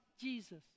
Jesus